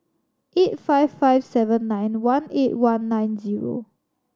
eight five five seven nine one eight one nine zero